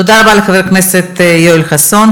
תודה רבה לחבר הכנסת יואל חסון.